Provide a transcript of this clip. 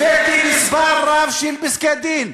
הבאתי מספר רב של פסקי-דין,